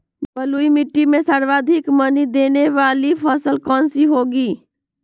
बलुई मिट्टी में सर्वाधिक मनी देने वाली फसल कौन सी होंगी?